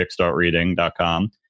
kickstartreading.com